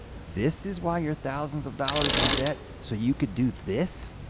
this is why you're thousands of dollars in debt? so you could do this?